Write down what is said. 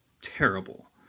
terrible